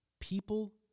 People